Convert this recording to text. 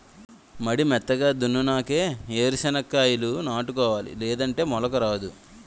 మడి మెత్తగా దున్నునాకే ఏరు సెనక్కాయాలు నాటుకోవాలి లేదంటే మొలక రాదు